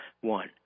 one